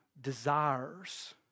desires